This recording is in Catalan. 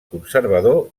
conservador